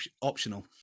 optional